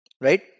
Right